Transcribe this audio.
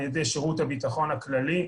על ידי שירות הביטחון הכללי.